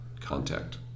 contact